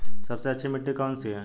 सबसे अच्छी मिट्टी कौन सी है?